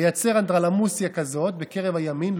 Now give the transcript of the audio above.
לייצר אנדרלמוסיה כזאת בקרב הימין,